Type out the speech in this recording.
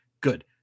Good